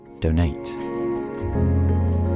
donate